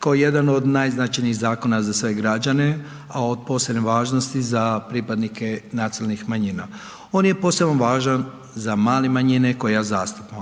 kao jedan od najznačajnijih zakona za sve građane, a od posebne važnosti za pripadnike nacionalnih manjina. On je posebno važan za male manjine koje ja zastupam,